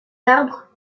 arbres